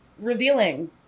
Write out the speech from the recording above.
revealing